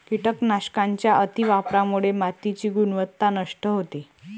कीटकनाशकांच्या अतिवापरामुळे मातीची गुणवत्ता नष्ट होते